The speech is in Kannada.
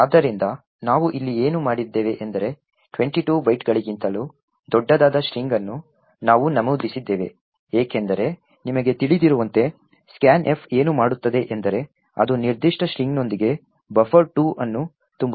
ಆದ್ದರಿಂದ ನಾವು ಇಲ್ಲಿ ಏನು ಮಾಡಿದ್ದೇವೆ ಎಂದರೆ 22 ಬೈಟ್ಗಳಿಗಿಂತಲೂ ದೊಡ್ಡದಾದ ಸ್ಟ್ರಿಂಗ್ ಅನ್ನು ನಾವು ನಮೂದಿಸಿದ್ದೇವೆ ಏಕೆಂದರೆ ನಿಮಗೆ ತಿಳಿದಿರುವಂತೆ scanf ಏನು ಮಾಡುತ್ತದೆ ಎಂದರೆ ಅದು ನಿರ್ದಿಷ್ಟ ಸ್ಟ್ರಿಂಗ್ನೊಂದಿಗೆ buffer2 ಅನ್ನು ತುಂಬುತ್ತದೆ